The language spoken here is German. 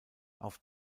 auf